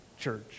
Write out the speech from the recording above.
Church